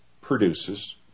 produces